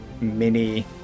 mini